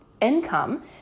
income